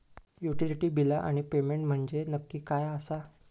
Utility बिला आणि payment म्हंजे नक्की काय आसा?